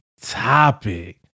topic